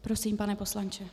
Prosím, pane poslanče.